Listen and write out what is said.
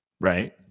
Right